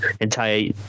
entire